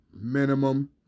minimum